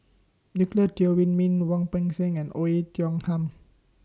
Nicolette Teo Wei Min Wu Peng Seng and Oei Tiong Ham